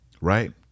right